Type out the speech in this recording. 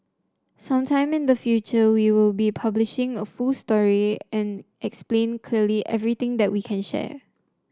some time in the future we will be publishing a full story and explain clearly everything that we can share